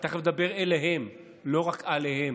אתה חייב לדבר אליהם, לא רק עליהם,